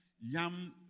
Yam